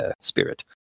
spirit